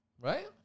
Right